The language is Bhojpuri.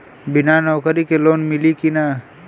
बिना नौकरी के लोन मिली कि ना?